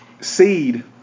Seed